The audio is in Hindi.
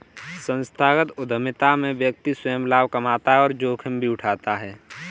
संस्थागत उधमिता में व्यक्ति स्वंय लाभ कमाता है और जोखिम भी उठाता है